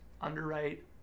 underwrite